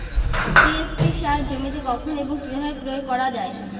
TSP সার জমিতে কখন এবং কিভাবে প্রয়োগ করা য়ায়?